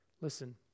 Listen